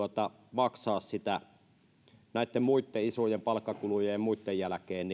maksaa niitä kuluja näitten muitten isojen palkkakulujen ja muitten jälkeen